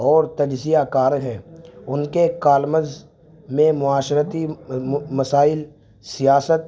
اور تجزیہ کار ہے ان کے کالمز میں معاشرتی مسائل سیاست